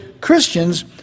Christians